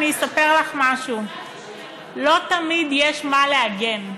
אני אספר לך משהו: לא תמיד יש על מה להגן.